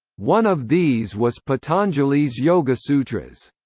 one of these was patanjali's yogasutras.